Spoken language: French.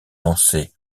lancées